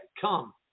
come